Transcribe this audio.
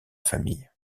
famille